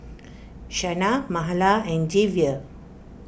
Shana Mahala and Javier